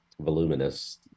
voluminous